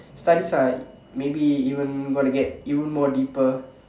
studies are maybe even gonna get even more deeper